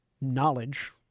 knowledge